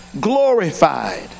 glorified